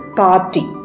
party